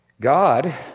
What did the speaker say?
God